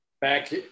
back